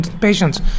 patients